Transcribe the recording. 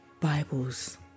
Bibles